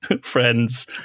friends